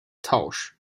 tausch